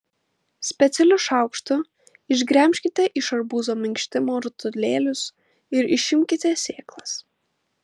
specialiu šaukštu išgremžkite iš arbūzo minkštimo rutulėlius ir išimkite sėklas